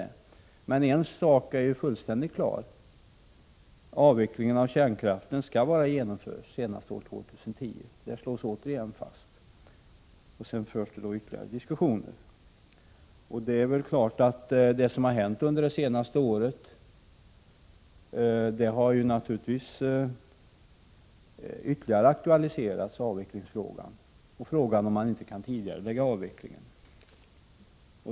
En sak är emellertid fullständigt klar. Avvecklingen av kärnkraften skall vara genomförd senast år 2010. Det slås återigen fast. Sedan förs ytterligare diskussioner. Det som har hänt under det senaste året har naturligtvis ytterligare aktualiserat avvecklingsfrågan och frågan om man inte kan tidigarelägga avvecklingen.